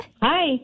Hi